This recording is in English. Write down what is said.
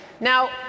Now